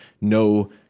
no